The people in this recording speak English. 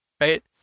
right